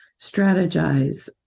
strategize